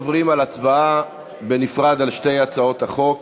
עוברים להצבעה בנפרד על שתי הצעות החוק.